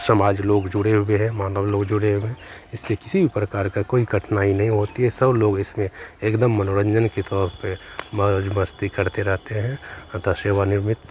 समाज लोग जुड़े हुए हैं मानव लोग जुड़े हुए हैं इससे किसी भी प्रकार की कोई कठिनाई नहीं होती है सब लोग इसमें एकदम मनोरन्जन के तौर पर मौज़मस्ती करते रहते हैं अतः सेवानिवृत्त